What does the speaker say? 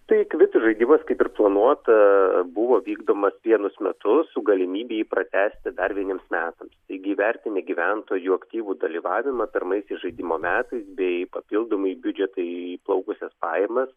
tai kvitų žaidimas kaip ir planuota buvo vykdomas vienus metus su galimybe jį pratęsti dar vieniems metams taigi įvertinę gyventojų aktyvų dalyvavimą pirmaisiais žaidimo metais bei papildomai į biudžetą įplaukusias pajamas